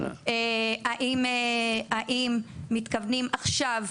האם מתכוונים עכשיו,